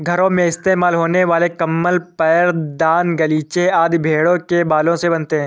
घरों में इस्तेमाल होने वाले कंबल पैरदान गलीचे आदि भेड़ों के बालों से बनते हैं